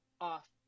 off